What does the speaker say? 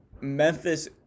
Memphis